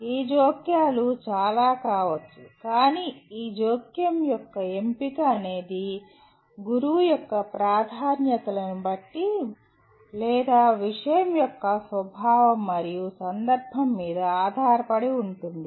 ఈ జోక్యాలు చాలా కావచ్చు కానీ ఈ జోక్యం యొక్క ఎంపిక అనేది గురువు యొక్క ప్రాధాన్యతలను బట్టి లేదా విషయం యొక్క స్వభావం మరియు సందర్భం మీద ఆధారపడి ఉంటుంది